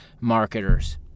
marketers